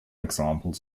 examples